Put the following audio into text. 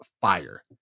fire